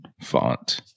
font